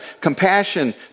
compassion